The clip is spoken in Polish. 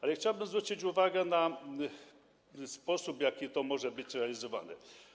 Ale chciałbym zwrócić uwagę na sposób, w jaki to może być realizowane.